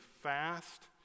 fast